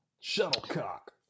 Shuttlecock